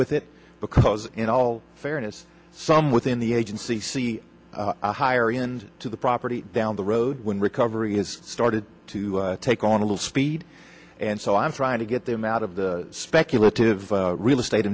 with it because in all fairness some within the agency see a higher end to the property down the road when recovery has started to take on a little speed and so i'm trying to get them out of the speculative real estate